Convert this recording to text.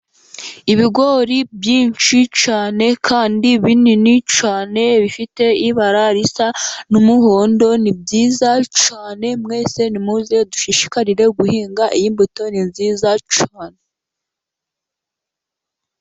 Ibigori byinshi cyane kandi binini cyane, bifite ibara risa n' umuhondo ni byiza cyane, mwese nimuze dushishikarire guhinga iy' imbuto ni nziza cyane.